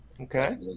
Okay